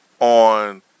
on